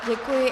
Děkuji.